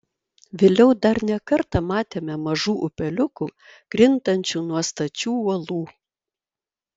vėliau dar ne kartą matėme mažų upeliukų krintančių nuo stačių uolų